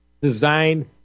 design